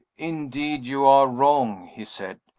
indeed you are wrong, he said.